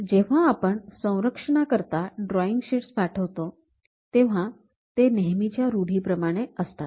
जेव्हा आपण संरक्षणाकरिता ड्रॉईंग शीट्स पाठवतो तेव्हा ते नेहमीच्या रूढीप्रमाणे असतात